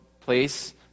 place